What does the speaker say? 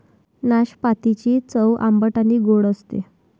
नाशपातीची चव आंबट आणि गोड असते